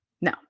No